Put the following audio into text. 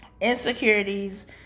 insecurities